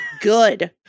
good